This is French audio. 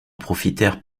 profitèrent